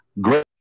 great